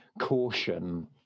caution